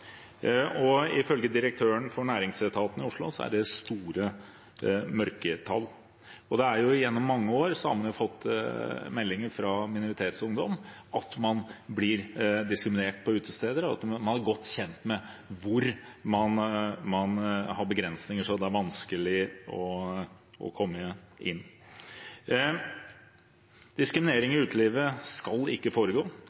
Ifølge direktøren for Næringsetaten i Oslo er det store mørketall. Gjennom mange år har det kommet meldinger fra minoritetsungdom om at man blir diskriminert på utesteder, og at man er godt kjent med hvor man har begrensninger og det er vanskelig å komme inn. Diskriminering